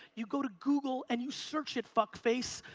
you go to google and you search it, fuckface.